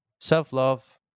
self-love